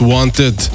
Wanted